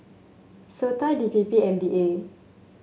SOTA D P P M D A